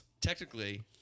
Technically